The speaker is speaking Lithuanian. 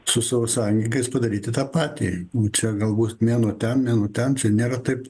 su savo sąjungininkais padaryti tą patį nu čia galbūt mėnuo ten mėnuo ten čia nėra taip